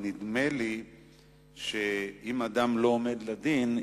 נדמה לי שאם אדם לא עומד לדין,